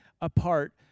apart